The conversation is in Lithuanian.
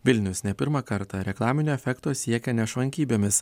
vilnius ne pirmą kartą reklaminio efekto siekia nešvankybėmis